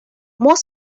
more